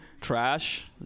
trash